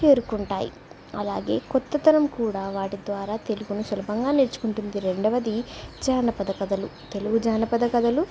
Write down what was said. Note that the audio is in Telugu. చేరుకుంటాయి అలాగే కొత్తతరం కూడా వాటి ద్వారా తెలుగును సులభంగా నేర్చుకుంటుంది రెండవది జానపద కథలు తెలుగు జానపద కథలు